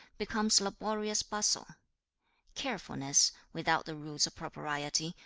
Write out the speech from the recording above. becomes laborious bustle carefulness, without the rules of propriety,